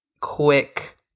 quick